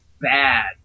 bad